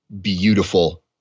beautiful